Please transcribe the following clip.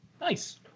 Nice